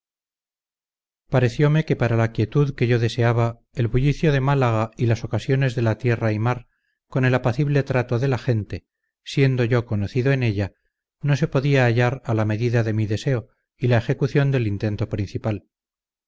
pareciome que para la quietud que yo deseaba el bullicio de málaga y las ocasiones de la tierra y mar con el apacible trato de la gente siendo yo conocido en ella no se podía hallar a la medida de mi deseo y la ejecución del intento principal